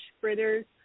fritters